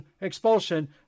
expulsion